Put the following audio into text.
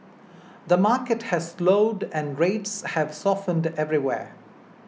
the market has slowed and rates have softened everywhere